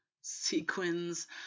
sequins